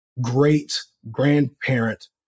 great-grandparent